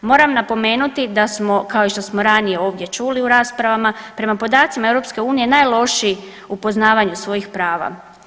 Moram napomenuti da smo kao što smo i ranije ovdje čuli u raspravama, prema podacima EU najlošiji u poznavanju svojih prava.